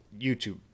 YouTube